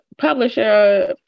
publisher